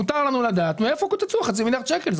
מותר לנו לדעת מאיפה קוצץ הסכום הזה.